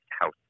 House